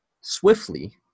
swiftly